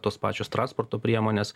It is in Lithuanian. tos pačios transporto priemonės